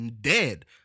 dead